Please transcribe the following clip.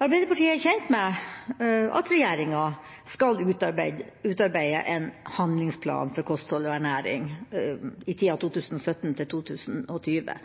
Arbeiderpartiet er kjent med at regjeringa skal utarbeide en handlingsplan for kosthold og ernæring i tida 2017–2022.